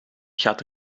gaat